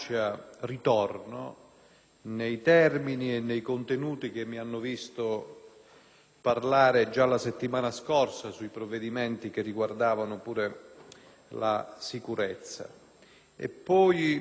parlare già la settimana scorsa sui provvedimenti che riguardavano pure la sicurezza. Parte del mio intervento sarà poi dedicata al merito, cioè all'efficacia